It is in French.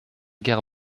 guerre